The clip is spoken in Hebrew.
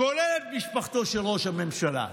כולל את משפחתו של ראש הממשלה.